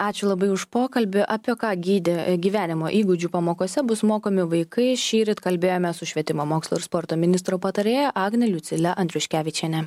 ačiū labai už pokalbį apie ką gydė gyvenimo įgūdžių pamokose bus mokomi vaikai šįryt kalbėjome su švietimo mokslo ir sporto ministro patarėja agne liucile andriuškevičiene